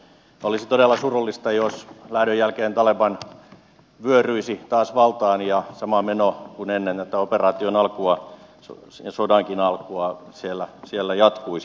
olisi todella surullista jos lähdön jälkeen taleban vyöryisi taas valtaan ja sama meno kuin ennen tätä operaation alkua ja sodankin alkua siellä jatkuisi